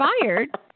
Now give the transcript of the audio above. fired